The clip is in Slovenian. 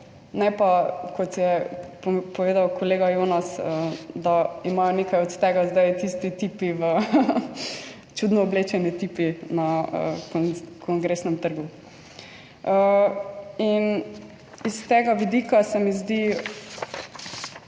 ne pa, kot je povedal kolega Jonas, da imajo nekaj od tega zdaj tisti tipi v, čudno oblečeni tipi, na Kongresnem trgu. In iz tega vidika se mi zdi